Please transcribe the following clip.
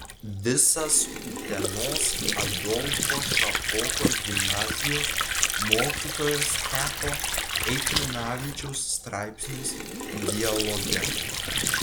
visas utenos adolfo šapokos gimnazijos mokytojo stepo eitminavičiaus straipsnis dialoge